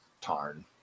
tarn